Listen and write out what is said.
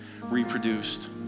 reproduced